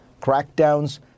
crackdowns